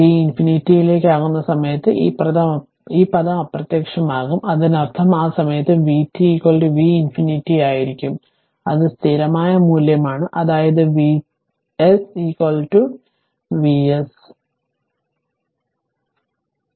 t ∞ ലേക്ക് ആകുന്ന സമയം ഈ പദം അപ്രത്യക്ഷമാകും അതിനർത്ഥം ആ സമയത്ത് vt V∞ ആയിരിക്കും അത് സ്ഥിരമായ മൂല്യമാണ് അതായത് Vss Vs ആയി മാറും